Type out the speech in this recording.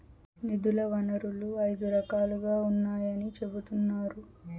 నిధుల వనరులు ఐదు రకాలుగా ఉన్నాయని చెబుతున్నారు